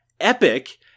epic